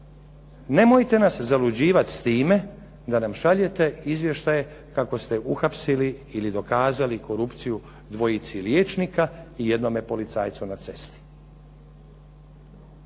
nemojte nas zaluđivati s time da nam šaljete izvještaje kako ste uhapsili ili dokazali korupciju dvojici liječnika i jednome policajcu na cesti.